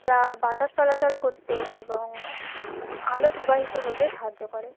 যা বাতাস চলাচল করতে এবং আলো প্রবাহিত হতে সাহায্য করে